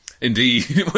Indeed